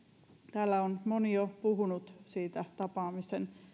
täällä on moni jo puhunut siitä tapaamisen